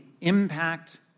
impact